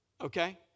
okay